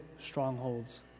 strongholds